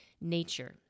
nature